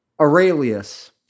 Aurelius